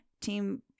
team